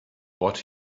what